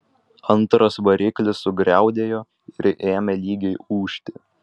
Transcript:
antras variklis sugriaudėjo ir ėmė lygiai ūžti